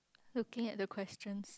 looking at the questions